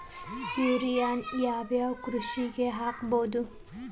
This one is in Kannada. ಯೂರಿಯಾನ ಯಾವ್ ಯಾವ್ ಕೃಷಿಗ ಹಾಕ್ಬೋದ?